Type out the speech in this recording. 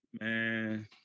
man